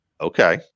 okay